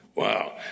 Wow